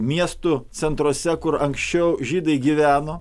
miestų centruose kur anksčiau žydai gyveno